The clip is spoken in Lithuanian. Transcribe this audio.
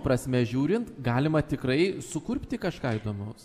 prasme žiūrint galima tikrai sukurpti kažką įdomaus